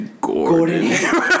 Gordon